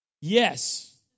Yes